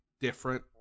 different